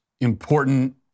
important